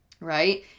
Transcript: right